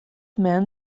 man